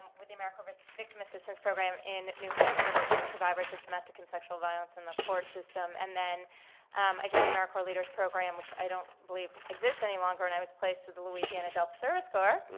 with the americorps victim assistance program in new hampshire working with survivors of domestic and sexual violence in the court system, and then um i joined the americorps leaders program, which i don't believe exists any longer, and i was placed with the louisiana delta service corps.